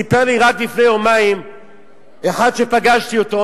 סיפר לי רק לפני יומיים אחד שפגשתי אותו,